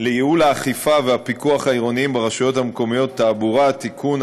לייעול האכיפה והפיקוח העירוניים ברשויות המקומיות (תעבורה) (תיקון),